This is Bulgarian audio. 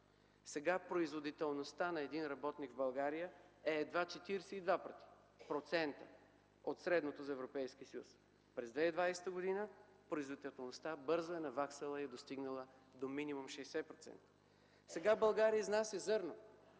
Сега производителността на един работник в България е едва 42% от средната за Европейския съюз. През 2020 г. производителността бързо е наваксала и е достигнала до минимум 60%. - Сега България изнася зърно.